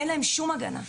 אין להם שום הגנה.